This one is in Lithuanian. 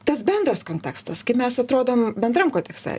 tas bendras kontekstas kaip mes atrodom bendram kontekste